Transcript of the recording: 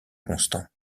constant